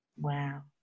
Wow